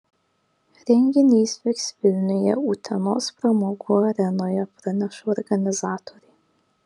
renginys vyks vilniuje utenos pramogų arenoje praneša organizatoriai